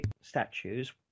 statues